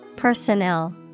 Personnel